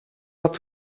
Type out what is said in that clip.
had